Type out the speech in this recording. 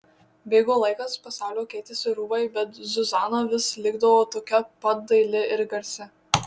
bėgo laikas pasaulio keitėsi rūbai bet zuzana vis likdavo tokia pat daili ir garsi